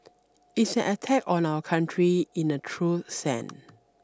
it's an attack on our country in a true send